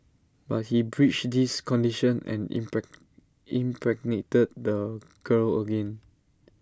but he breached this condition and impregnated the girl again